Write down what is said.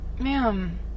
Ma'am